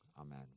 Amen